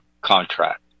Contract